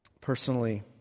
personally